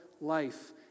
life